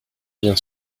bien